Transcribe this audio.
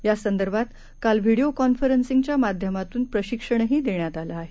यासंदर्भातकालव्हीडीओकॉन्फरन्सिंगच्यामाध्यमातूनप्रशिक्षणहीदेण्यातआलंआहे